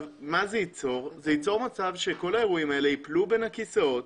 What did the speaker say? ייווצר מצב שכל האירועים האלה יפלו בין הכיסאות,